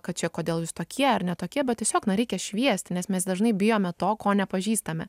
kad čia kodėl jūs tokie ar ne tokie bet tiesiog na reikia šviesti nes mes dažnai bijome to ko nepažįstame